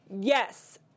Yes